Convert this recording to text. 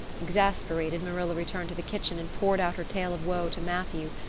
exasperated, marilla returned to the kitchen and poured out her tale of woe to matthew,